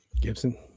Gibson